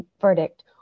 verdict